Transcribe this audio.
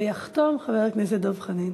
ויחתום, חבר הכנסת דב חנין.